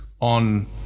on